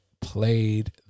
played